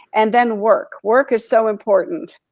and then work, work is so important.